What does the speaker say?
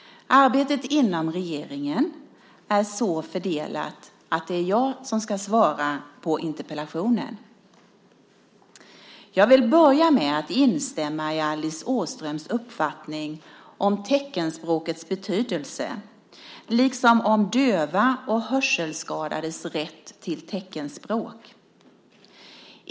Arbetet inom regeringen är så fördelat att det är jag som ska svara på interpellationen. Jag vill börja med att instämma i Alice Åströms uppfattning om teckenspråkets betydelse liksom om dövas och hörselskadades rätt till teckenspråk.